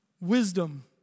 Wisdom